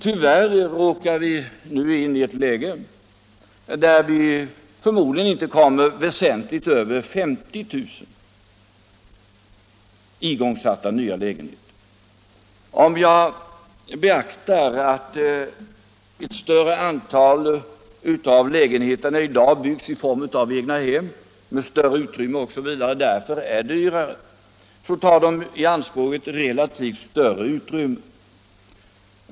Tyvärr råkar vi nu in i ett läge där vi förmodligen inte kan komma väsentligt över 50 000 igångsatta nya lägenheter. Om jag beaktar att ett större antal nya lägenheter i dag byggs i form av egnahem, med större utrymme osv., finner jag att de också tar i anspråk ett relativt sett större kapitalutrymme.